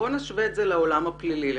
נשווה את זה לעולם הפלילי למשל.